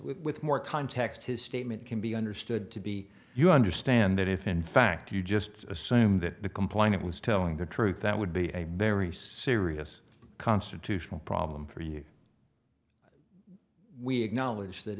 with more context his statement can be understood to be you understand that if in fact you just assume that the complainant was telling the truth that would be a very serious constitutional problem for you we